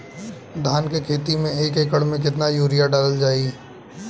धान के खेती में एक एकड़ में केतना यूरिया डालल जाई?